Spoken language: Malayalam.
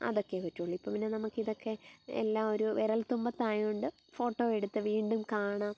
അതൊക്കെ പറ്റുവുള്ളൂ ഇപ്പം പിന്നെ നമുക്ക് ഇതൊക്കെ എല്ലാം ഒരു വിരൽത്തുമ്പത്ത് ആയത് കൊണ്ട് ഫോട്ടോ എടുത്ത് വീണ്ടും കാണാം